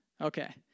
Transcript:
Okay